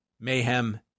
Mayhem